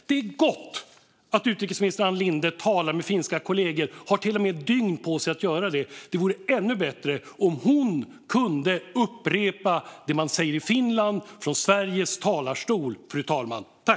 Det är gott att utrikesminister Ann Linde talar med finländska kollegor. Hon har till och med dygn på sig att göra det. Det vore ännu bättre om hon kunde upprepa det som man säger i Finland från Sveriges riksdags talarstol.